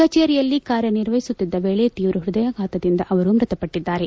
ಕಚೇರಿಯಲ್ಲಿ ಕಾರ್ಯನಿರ್ವಹಿಸುತ್ತಿದ್ದ ವೇಳೆ ತೀವ್ರ ಪ್ಯದಯಾಘಾತದಿಂದ ಅವರು ಮೃತಪಟ್ಟದ್ದಾರೆ